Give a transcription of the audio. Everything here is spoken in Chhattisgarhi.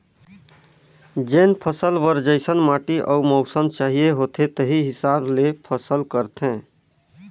जेन फसल बर जइसन माटी अउ मउसम चाहिए होथे तेही हिसाब ले फसल करथे